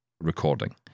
recording